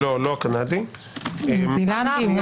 הניו זילנדי?